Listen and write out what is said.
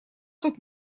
тут